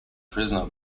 prisoner